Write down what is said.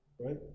Right